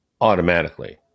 automatically